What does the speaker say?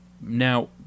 Now